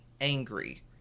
angry